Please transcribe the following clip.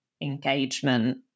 engagement